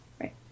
Right